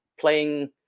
playing